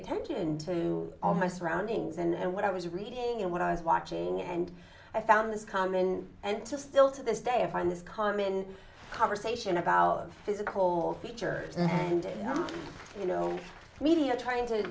attention to all my surroundings and what i was reading and what i was watching and i found this common and to still to this day i find this common conversation about of physical nature and you know media trying to